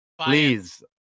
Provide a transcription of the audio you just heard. Please